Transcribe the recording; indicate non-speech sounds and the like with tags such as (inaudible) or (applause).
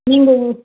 நீங்கள் (unintelligible)